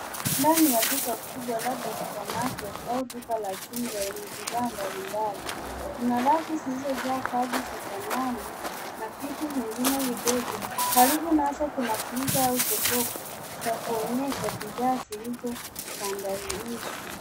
Ndani ya duka kubwa labda supermarket au duka la jumla enye bidhaa mbali mbali. Kuna rafu zilizo jaa kazi za sanamu na vitu vingine vidogo, karibu nazo kuna freezer au chokofu za kuonyesha bidhaa zilizokandanishwa.